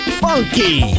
funky